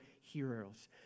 heroes